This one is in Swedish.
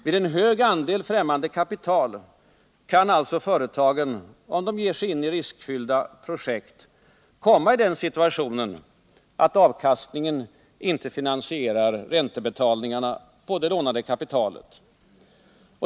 Vid en stor andel främmande kapital kan alltså företagen, om de ger sig in i riskfyllda projekt, komma i den situationen att avkastningen inte finansierar räntebetalningarna på det lånade kapitalet.